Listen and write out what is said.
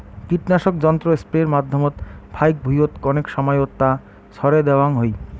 কীটনাশক যন্ত্র স্প্রের মাধ্যমত ফাইক ভুঁইয়ত কণেক সমাইয়ত তা ছড়ে দ্যাওয়াং হই